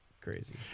crazy